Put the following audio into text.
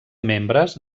membres